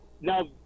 now